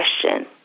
question